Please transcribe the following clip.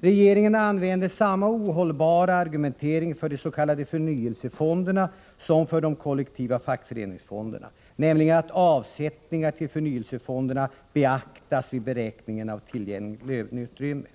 Regeringen använder samma ohållbara argumentering för de s.k. förnyelsefonderna som för de kollektiva fackföreningsfonderna, nämligen att avsättningar till förnyelsefonderna ”beaktas vid beräkningen av tillgängligt löneutrymme”.